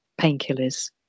painkillers